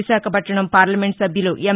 Visakhapatnam parliament సభ్యులు ఎం